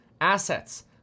Assets